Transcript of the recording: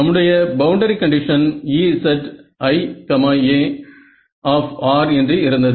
நம்முடைய boundary condition EziA என்று இருந்தது